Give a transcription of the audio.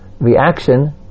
reaction